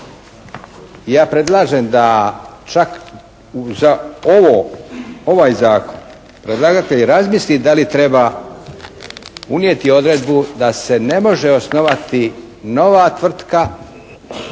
ja predlažem da čak za ovaj zakon predlagatelj razmisli da li treba unijeti odredbu da se ne može osnovati nova tvrtka,